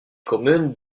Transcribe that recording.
communes